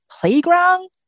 playground